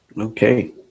Okay